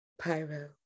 pyro